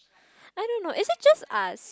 I don't know is it just us